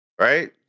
Right